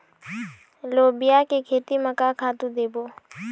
लोबिया के खेती म का खातू देबो?